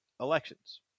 Elections